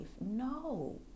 No